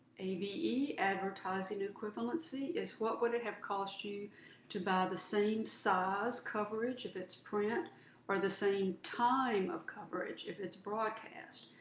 advertising equivalency is what would it have cost you to buy the same size coverage if it's print or the same time of coverage if it's broadcast,